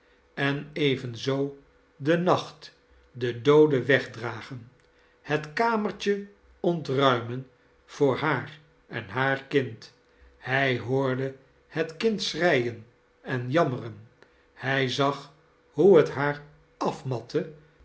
en evenzoo den nacht den doode wegdiragen het kamertje ontmimen voor haar en haar kind hij hoorde het kind schreien en janimeren hij zag hoe het haar afmatte